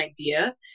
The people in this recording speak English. idea